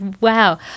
Wow